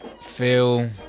feel